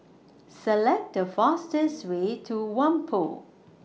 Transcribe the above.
Select The fastest Way to Whampoa